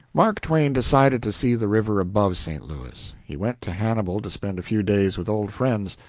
mark twain decided to see the river above st. louis. he went to hannibal to spend a few days with old friends.